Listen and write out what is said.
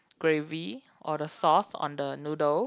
gravy or the sauce on the noodle